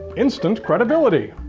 instant credibility!